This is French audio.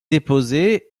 déposée